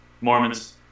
Mormons